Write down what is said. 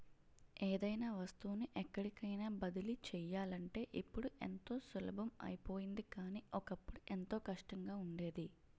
ఏదైనా వస్తువుని ఎక్కడికైన బదిలీ చెయ్యాలంటే ఇప్పుడు ఎంతో సులభం అయిపోయింది కానీ, ఒకప్పుడు ఎంతో కష్టంగా ఉండేది